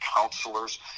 counselors